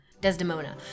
Desdemona